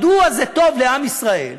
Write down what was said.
מדוע זה טוב לעם ישראל?